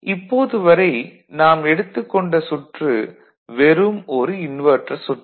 இப்போது வரை நாம் எடுத்துக் கொண்ட சுற்று வெறும் ஒரு இன்வெர்ட்டர் சுற்று